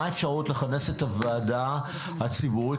מה האפשרות לכנס את הוועדה הציבורית